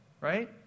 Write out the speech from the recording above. right